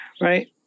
right